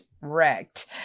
wrecked